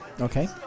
okay